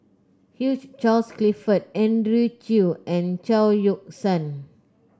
Hugh Charles Clifford Andrew Chew and Chao Yoke San